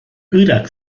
irak